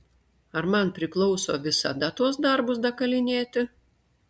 ar man priklauso visada tuos darbus dakalinėti